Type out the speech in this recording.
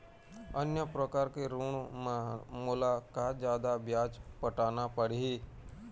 अन्य प्रकार के ऋण म मोला का जादा ब्याज पटाना पड़ही?